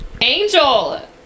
angel